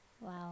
wow